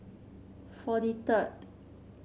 forty third